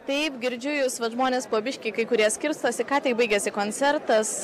taip girdžiu jus vat žmonės po biškį kai kurie skirstosi ką tik baigėsi koncertas